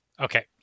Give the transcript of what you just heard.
Okay